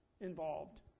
involved